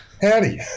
Howdy